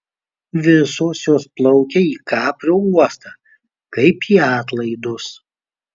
visos jos plaukia į kaprio uostą kaip į atlaidus